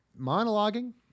monologuing